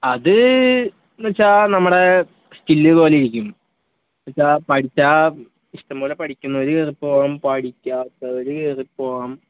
അത് എന്ന് വെച്ചാൽ നമ്മുടെ സ്കില്ല് പോലെ ഇരിക്കും എന്ന് വെച്ചാൽ പഠിച്ചാൽ ഇഷ്ടം പോലെ പഠിക്കുന്നവർ കയറി പോവാം പഠിക്കാത്തവർ കയറി പോവാം